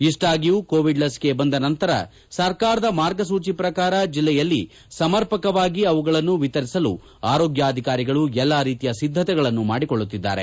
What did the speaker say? ಇಷ್ಲಾಗಿಯು Covid ಲಸಿಕೆ ಬಂದ ನಂತರ ಸರ್ಕಾರದ ಮಾರ್ಗಸೂಚಿ ಪ್ರಕಾರ ಜಿಲ್ಲೆಯಲ್ಲಿ ಸಮರ್ಪಕವಾಗಿ ಅವುಗಳನ್ನು ವಿತರಿಸಲು ಆರೋಗ್ಲಾಧಿಕಾರಿಗಳು ಎಲ್ಲ ರೀತಿಯ ಸಿದ್ದತೆಗಳನ್ನು ಮಾಡಿಕೊಳ್ನುತ್ತಿದ್ದಾರೆ